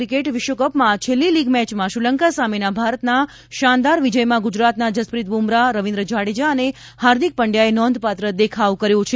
cricket વિશ્વકપમાં છેલ્લી league મેચમાં શ્રીલંકા સામેના ભારતના શાનદાર વિજયમાં ગુજરાતના જસપ્રીત બુમરાહ રવિન્દ્ર જાડેજા અને હાર્દિક પંડયાએ નોંધપાત્ર દેખાવ કર્યો છે